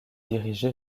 dirigé